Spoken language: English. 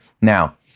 Now